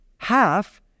Half